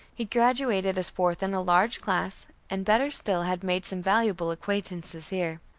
he graduated as fourth in a large class, and better still had made some valuable acquaintances here.